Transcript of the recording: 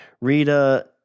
rita